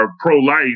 pro-life